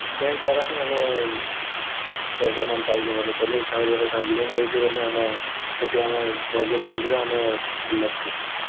bank ଦ୍ୱାରା ହିଁ ଆମେ ଡେଭ୍ଲପ୍ମେଣ୍ଟ ପାଉଛୁ ବୋଲେ କଲି ତାହାରୁଁ ଗୋଟେ ଦଉଛେ ବୋଲେ ଆମେ ସେଥିରେ ଆମେ ସହଯୋଗ କରି କିରି ଆମେ ଉନ୍ନତ ହଉଛୁ